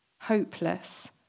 hopeless